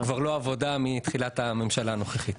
הוא כבר לא עבודה מתחילת הממשלה הנוכחית.